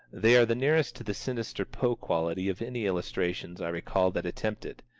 they are the nearest to the sinister poe quality of any illustrations i recall that attempt it.